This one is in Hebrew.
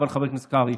חבר הכנסת קרעי,